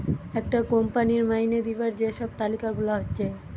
একটা কোম্পানির মাইনে দিবার যে সব তালিকা গুলা হচ্ছে